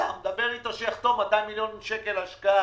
דבר אתו שיחתום 200 מיליון שקל השקעה,